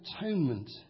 atonement